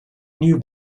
knew